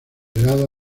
rodeada